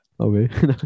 Okay